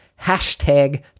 hashtag